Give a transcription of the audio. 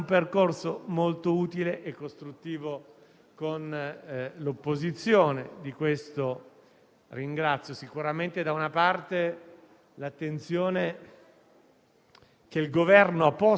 che ci porta a questo; è quello che ci circonda a indurci a questo. Ci sarà occasione in sede di replica di dettagliare in maniera più precisa e puntuale, perché adesso